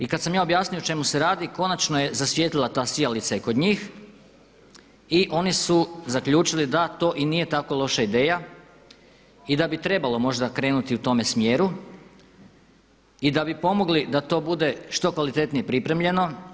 I kad sam ja objasnio o čemu se radi konačno je zasvijetlila ta sijalica i kod njih i oni su zaključili da to i nije tako loša ideja i da bi trebalo možda krenuti i u tome smjeru i da bi pomogli da to bude što kvalitetnije pripremljeno.